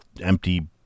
empty